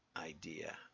idea